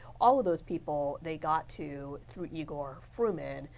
all of those people, they got to through igor fruman.